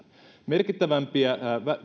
merkittävämpiä